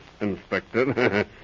Inspector